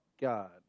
God